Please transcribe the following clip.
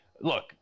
look